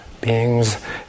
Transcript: beings